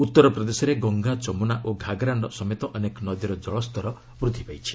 ଉତ୍ତରପ୍ରଦେଶରେ ଗଙ୍ଗା ଯମୁନା ଓ ଘାଗରା ସମେତ ଅନେକ ନଦୀର ଜଳସ୍ତର ବୃଦ୍ଧି ପାଇଛି